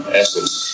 essence